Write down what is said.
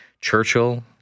Churchill